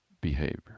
behavior